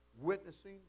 witnessing